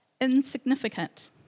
insignificant